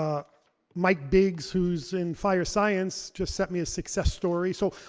ah mike biggs, who's in fire science, just sent me a success story. so,